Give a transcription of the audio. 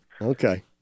Okay